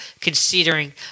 considering